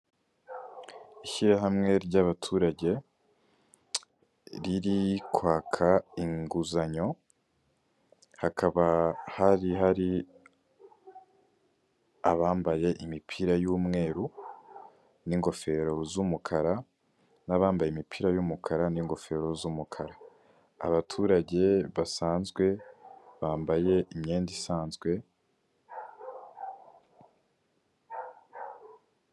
Ishyirahamwe ryabaturage riri kwaka inguzanyo hakaba hari hari abambaye imipira y'umweru n'ingofero z'umukara, n'abambaye imipira y'umukara n'ingofero z'umukara. Abaturage basanzwe bambaye imyenda isanzwe.